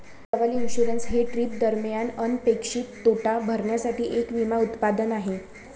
travel insurance हे trip दरम्यान अनपेक्षित तोटा भरण्यासाठी एक विमा उत्पादन आहे